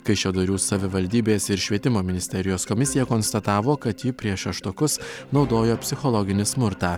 kaišiadorių savivaldybės ir švietimo ministerijos komisija konstatavo kad ji prieš šeštokus naudojo psichologinį smurtą